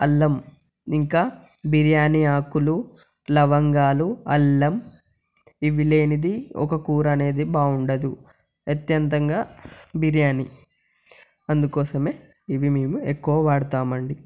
అల్లం ఇంకా బిర్యానీ ఆకులు లవంగాలు అల్లం ఇవి లేనిది ఒక కూర అనేది బాగుండదు అత్యంతగా బిర్యానీ అందుకోసమే ఇవి మేము ఎక్కువ వాడతామండి